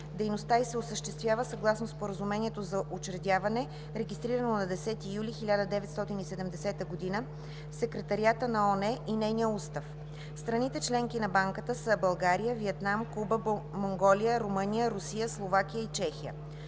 Дейността й се осъществява съгласно Споразумението за учредяване, регистрирано на 10 юли 1970 г. в Секретариата на ООН, и нейния Устав. Страните членки на банката са България, Виетнам, Куба, Монголия, Румъния, Русия, Словакия и Чехия.